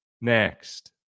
Next